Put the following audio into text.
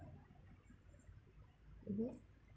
mmhmm